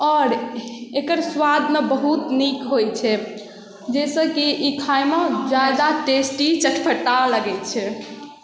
आओर एकर सुआदमे बहुत नीक होइ छै जाहिसँ कि ई खाइमे ज्यादा टेस्टी चटपटा लगै छै